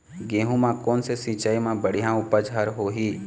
गेहूं म कोन से सिचाई म बड़िया उपज हर होही?